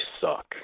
suck